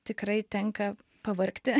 tikrai tenka pavargti